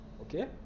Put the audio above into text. Okay